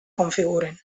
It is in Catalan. configuren